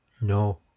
No